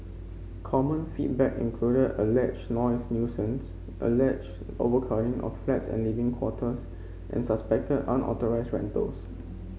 common feedback included alleged noise nuisance alleged overcrowding of flats and living quarters and suspected unauthorised rentals